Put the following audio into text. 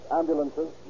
ambulances